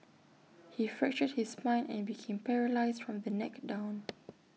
he fractured his spine and became paralysed from the neck down